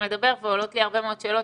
מדבר ועולות לי הרבה מאוד שאלות,